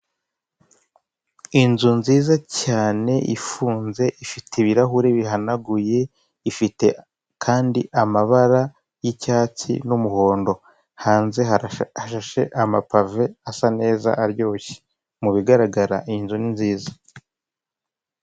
Inzu nziza cyane ifunze ifite ibirahure bihanaguye ifite kandi amabara y'icyatsi n'umuhondo hanze hashashe amapave asa neza aryoshye mubigaragara iyi nzu ni nziza.